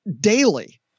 Daily